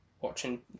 watching